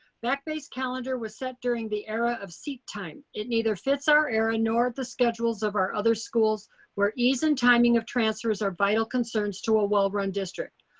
back bay's calendar was set during the era of seat time. it neither fits our era nor the schedules of our other schools where ease and timing of transfers are vital concerns to a well run district.